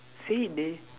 say it [deh]